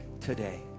today